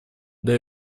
для